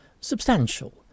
substantial